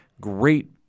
great